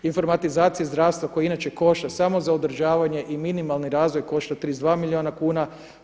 Informatizacija zdravstva koja inače košta samo za održavanje i minimalni razvoj košta 32 milijuna kuna.